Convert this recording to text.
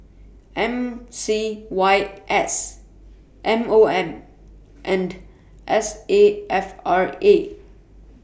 M C Y S M O M and S A F R A